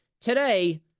today